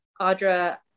Audra